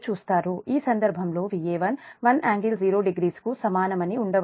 ఈ సందర్భంలో Va1 1∟00 కి సమానమని చూడవచ్చు